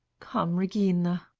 come, regina.